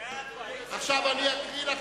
אני מקריא את